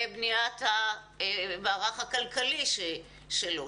בניית המערך הכלכלי שלו,